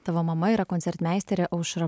tavo mama yra koncertmeisterė aušra